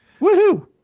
Woohoo